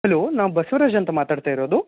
hello ನಾ ಬಸವರಾಜ್ ಅಂತ ಮಾತಾಡ್ತ ಇರೋದು